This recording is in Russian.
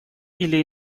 или